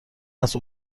است